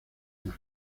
más